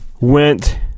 went